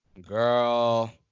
Girl